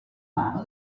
umano